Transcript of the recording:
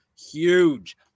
Huge